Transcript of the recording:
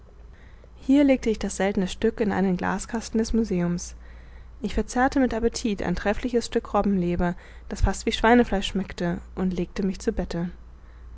hier legte ich das seltene stück in einen glaskasten des museums ich verzehrte mit appetit ein treffliches stück robbenleber das fast wie schweinefleisch schmeckte und legte mich zu bette